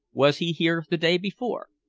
was he here the day before?